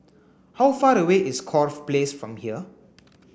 how far away is Corfe Place from here